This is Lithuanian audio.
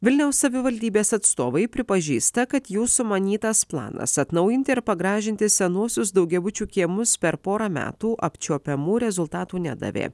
vilniaus savivaldybės atstovai pripažįsta kad jų sumanytas planas atnaujinti ir pagražinti senuosius daugiabučių kiemus per porą metų apčiuopiamų rezultatų nedavė